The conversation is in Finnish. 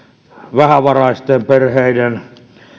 vähävaraisten perheiden